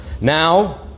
Now